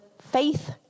faith